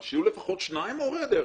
אבל שיהיו לפחות שני מורי דרך.